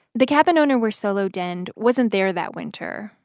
the cabin owner where solo denned wasn't there that winter.